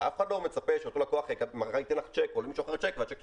ואף אחד לא מצפה שאותו לקוח מחר יתן לך צ'ק או ימשוך צ'ק,